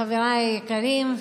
חבריי היקרים,